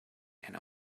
and